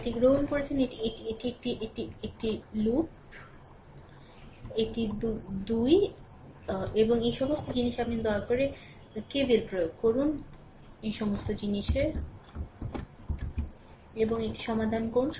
এটি গ্রহণ করেছে এটি একটি লুপ এটি 2 এবং এই সমস্ত জিনিস আপনি দয়া করে KVL প্রয়োগ করুন এবং এটি সমাধান করুন